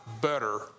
better